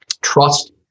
trust